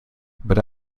but